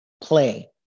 play